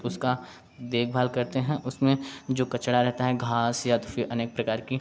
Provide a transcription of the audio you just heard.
उसका देखभाल करते हैं उसमें जो कचड़ा रहता है घास या फिर अनेक प्रकार की